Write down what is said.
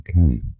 Okay